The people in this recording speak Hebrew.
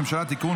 הממשלה (תיקון,